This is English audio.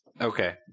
Okay